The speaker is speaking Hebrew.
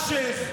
אלשיך.